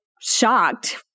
shocked